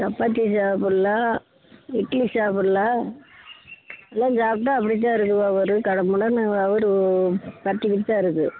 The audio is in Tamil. சப்பாத்தி சாப்பிட்லாம் இட்லி சாப்பிட்லாம் எல்லாம் சாப்பிட்டா அப்படி தான் இருக்கும் வயிறு கடமுடன்னு வயிறு பிரட்டிக்கிட்டு தான் இருக்கும்